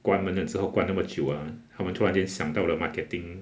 关门了之后关那么久 ah 他们突然间想到了 marketing